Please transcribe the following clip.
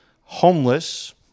homeless